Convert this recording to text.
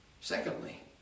Secondly